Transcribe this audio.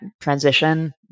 transition